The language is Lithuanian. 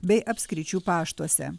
bei apskričių paštuose